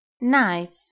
Knife